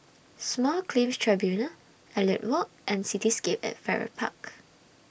Small Claims Tribunals Elliot Walk and Cityscape At Farrer Park